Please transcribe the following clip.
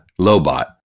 Lobot